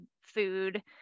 food